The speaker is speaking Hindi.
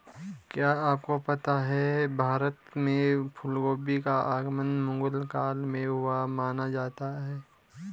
क्या आपको पता है भारत में फूलगोभी का आगमन मुगल काल में हुआ माना जाता है?